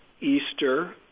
Easter –